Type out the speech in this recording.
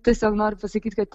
tiesiog noriu pasakyt kad